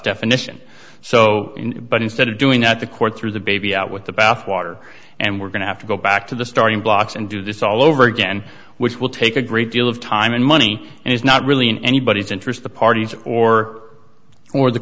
definition so but instead of doing that the court threw the baby out with the bathwater and we're going to have to go back to the starting blocks and do this all over again which will take a great deal of time and money and it's not really in anybody's interest the parties or or the